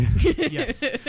Yes